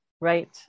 Right